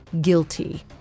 guilty